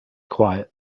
quiet